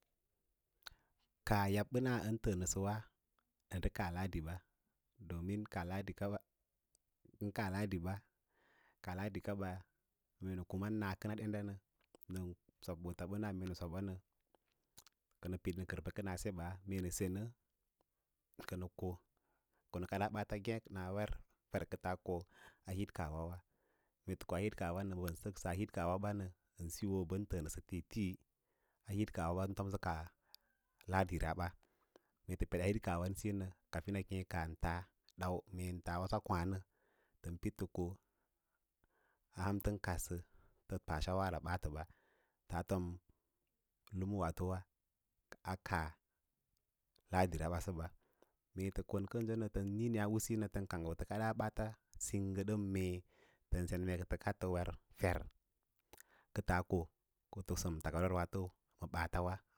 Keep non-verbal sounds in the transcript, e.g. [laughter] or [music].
Kaa yab bəna ən təə nəsəwa ə ndə kaa laɗi bam domin la laɗí kaba mee nə kumana danda nakən nə nə sob ɓootaɓana kənə pid nə kər bə kəna se ba, mee nə se nə kə ko ko nə kad ɓaata ngêk na war fer kə ts ko a hint kaah wara, mee tə koa hit kaahwa nə mbən saksəa hit kaahwa ba mee tə ko nə bən təə sə tíítíí a hit kaah wawa ən tomsə kaa ladira ba mee tə pedaa hit kaah wa siyo nə kafin a ken kaa ta dana meer ts sa osa kwa’nə tən pəo nə koa ham tən kadə bə pa jhawava a ɓaatə ba tas fom humu waatowa a kaa lahira ba səɓa mee tə kon a usíyo ntəə kang ko tə kad daa ɓaats tən war fer akə taa ko tə kaa. [unintelligible]